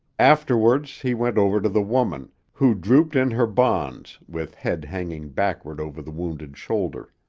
afterwards he went over to the woman, who drooped in her bonds with head hanging backward over the wounded shoulder.